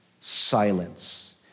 silence